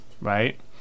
right